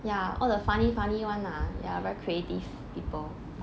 ya all the funny funny [one] lah ya very creative people